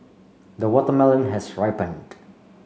the watermelon has ripened